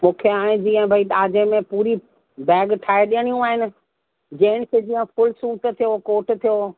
मुखे हाणे जीअं भई ॾाजे में पूरी बैग ठाहे ॾियणियूं आहिनि जेंट्स जियूं ऐं फ़ुल सूट थियो कोट थियो